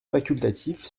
facultatif